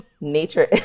nature